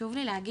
חשוב לי להגיד.